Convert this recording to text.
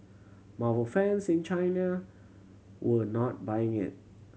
Marvel fans in China were not buying it